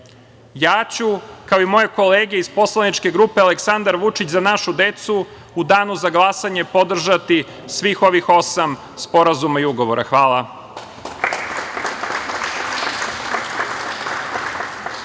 ću, kao i moje kolege iz poslaničke grupe Aleksandar Vučić – za našu decu, u danu za glasanje podržati svih ovih osam sporazuma i ugovora. Hvala.